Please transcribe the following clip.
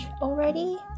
already